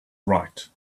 right